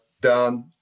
done